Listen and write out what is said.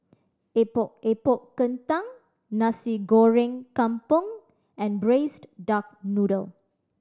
Epok Epok Kentang Nasi Goreng Kampung and Braised Duck Noodle